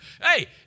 Hey